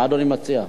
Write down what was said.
מה אדוני מציע?